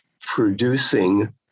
producing